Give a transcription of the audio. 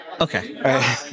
Okay